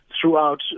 throughout